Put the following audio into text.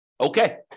Okay